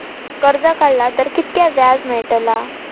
कर्ज काडला तर कीतक्या व्याज मेळतला?